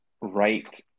right